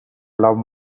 love